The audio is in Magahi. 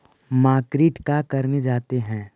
मार्किट का करने जाते हैं?